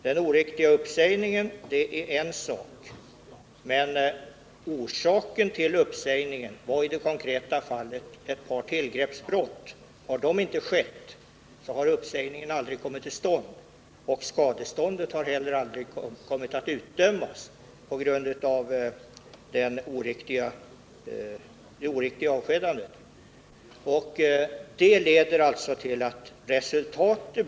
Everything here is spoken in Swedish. Den oriktiga uppsägningen är en sak, men orsaken till uppsägningen var i det konkreta fall jag nämnde ett par tillgreppsbrott. Hade dessa inte skett, så hade uppsägningen aldrig kommit till stånd, och skadeståndet på grund av det oriktiga avskedandet hade heller inte kommit att utdömas.